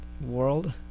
world